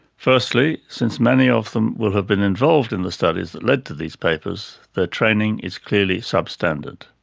firstly, since many of them will have been involved in the studies that led to these papers, their training is clearly substandard.